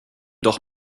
doch